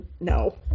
no